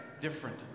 different